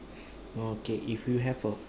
oh okay if you have a